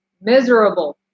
miserable